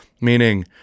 meaning